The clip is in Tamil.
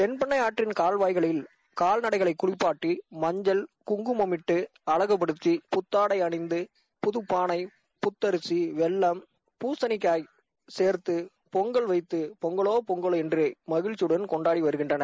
கெள்பெண்ணை ஆற்றிள் கால்வாய்களில் கால்நடைகளை குளிப்பட்டி மஞ்சள் குங்குமமிட்டு ஆகுப்படுத்தி புத்தாடை அணிந்து புதப்பானை புத்தரிசி வெல்வம் பூசனிக்காப் சேர்க்து பொங்கல் வைத்து பொங்லோ பொங்கல் என்று மகிழ்ச்சியுடன் கொண்டாடி வருகின்றனர்